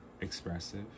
expressive